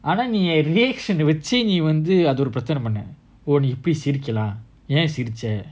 ஆனாநீஎன்:aana ni en reaction வச்சிவந்துஅதஒருபிரச்னைபண்ணநீஇப்படிசிரிக்கலாம்நீஏன்சிரிச்ச:vachi vandhu atha oru pirachnai panna ni eppadi sirikkalam ni en siricha